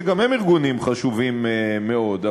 שגם הם ארגונים חשובים מאוד.